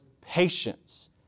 patience